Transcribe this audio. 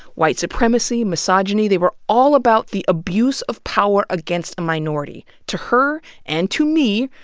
white supremacy, misogyny, they were all about the abuse of power against a minority to her and to me,